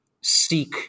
seek